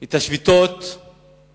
את השביתה